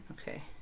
Okay